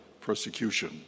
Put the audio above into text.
persecution